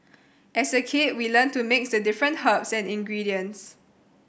as a kid we learnt to mix the different herbs and ingredients